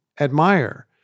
admire